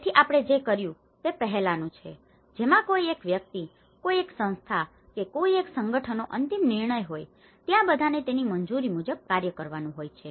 તેથી આપણે જે કર્યું તે પહેલાનું છે જેમાં કોઈ એક વ્યક્તિક કોઈ એક સંસ્થા કે કોઈ એક સંગઠનનો અંતિમ નિર્ણય હોય તથા બધાને તેની મંજૂરી મુજબ કાર્ય કરવાનું હોય છે